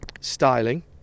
styling